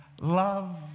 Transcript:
love